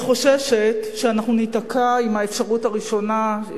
אני חוששת שאנחנו ניתקע עם האפשרות הראשונה,